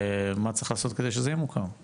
ומה צריך לעשות כדי שזה יהיה מוכר.